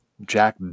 Jack